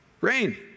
rain